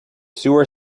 sewer